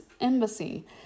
Embassy